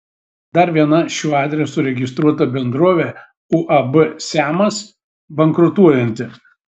dar viena šiuo adresu registruota bendrovė uab siamas bankrutuojanti